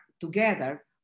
together